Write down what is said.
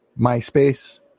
MySpace